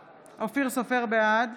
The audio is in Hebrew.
סופר, בעד